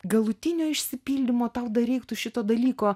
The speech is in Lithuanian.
galutinio išsipildymo tau dar reiktų šito dalyko